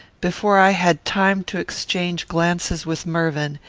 before i had time to exchange glances with mervyn,